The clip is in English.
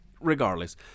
Regardless